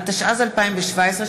התשע"ז 2017,